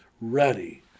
ready